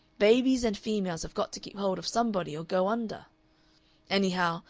babies and females have got to keep hold of somebody or go under anyhow,